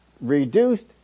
reduced